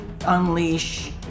unleash